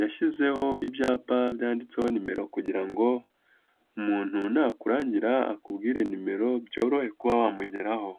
yashyizeho ibyapa byanditseho nimero kugira ngo umuntu nakurangira akubwire nimero byorohe kuba wamugeraho.